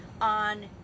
on